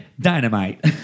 dynamite